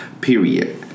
Period